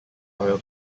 oil